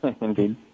Indeed